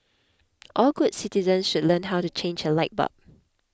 all good citizens should learn how to change a light bulb